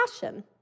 passion